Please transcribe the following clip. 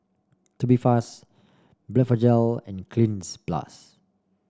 tubifast Blephagel and Cleanz Plus